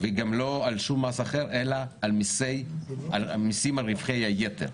והיא גם לא על שום מס אחר אלא על מיסים על רווחי היתר,